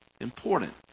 Important